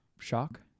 Shock